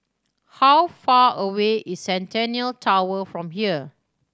how far away is Centennial Tower from here